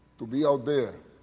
to be out there.